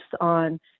on